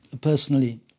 personally